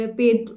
paid